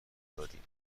دادیم